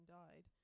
died